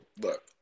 look